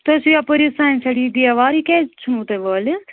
تُہۍ آسِو یَپٲرۍ یہِ سانہِ سایڈٕ یہِ دیوار یہِ کیٛازِ ژھٕنو تۄہہِ وٲلِتھ